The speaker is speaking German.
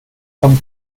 von